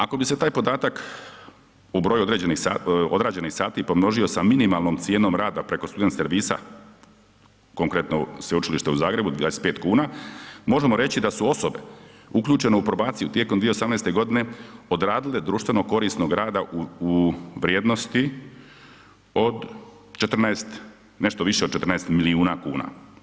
Ako bi se taj podatak u broju odrađenih sati pomnožio sa minimalnom cijenom rada preko student servisa, konkretno Sveučilište u Zagrebu, 25 kn, možemo reći da su osobe uključene u probaciju tijekom 2018. g. odradile društveno korisnog rada u vrijednosti od 14, nešto više od 14 milijuna kuna.